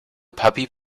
puppy